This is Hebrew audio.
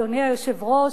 אדוני היושב-ראש,